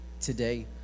today